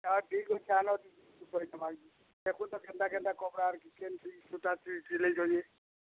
ହଁ ଠିକ୍ ଅଛେ ଆନ ଦେଖୁଁ ତ କେନ୍ତା କେନ୍ତା କପ୍ଡ଼ାର କେନ୍ ସୁଜି ସୂତାଥି ସିଲେଇ କରି